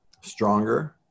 stronger